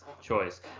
choice